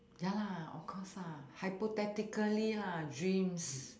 ya lah of course ah hypothetically lah dreams